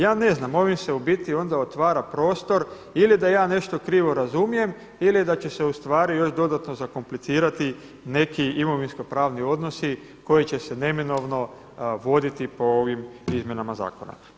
Ja ne znam, ovim se u biti onda otvara prostor ili da ja nešto krivo razumijem ili da će se u stvari još dodatno zakomplicirati neki imovinsko-pravni odnosi koji će se neminovno voditi po ovim izmjenama zakona.